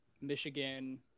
michigan